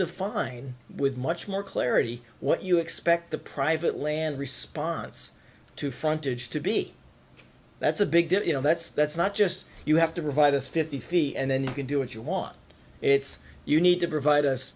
define with much more clarity what you expect the private land response to frontage to be that's a big deal you know that's that's not just you have to provide us fifty feet and then you can do what you want it's you need to provide us